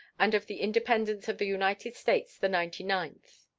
and of the independence of the united states the ninety-ninth.